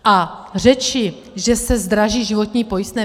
A řeči, že se zdraží životní pojistné?